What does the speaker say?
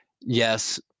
yes